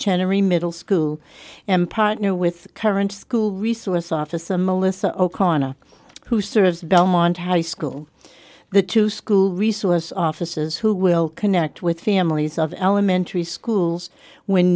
cherry middle school and partner with current school resource officer melissa o'connor who serves belmont high school the two school resource officers who will connect with families of elementary schools when